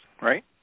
Right